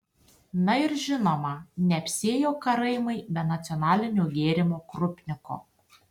na ir žinoma neapsiėjo karaimai be nacionalinio gėrimo krupniko